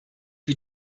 wie